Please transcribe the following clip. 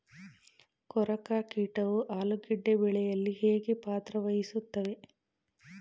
ಕೊರಕ ಕೀಟವು ಆಲೂಗೆಡ್ಡೆ ಬೆಳೆಯಲ್ಲಿ ಹೇಗೆ ಪಾತ್ರ ವಹಿಸುತ್ತವೆ?